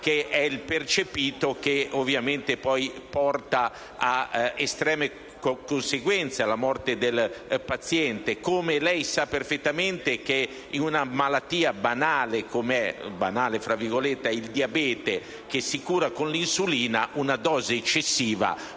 è il percepito che poi porta ovviamente ad estreme conseguenze, alla morte del paziente. Lei sa anche perfettamente che in una malattia "banale" come il diabete, che si cura con l'insulina, una dose eccessiva,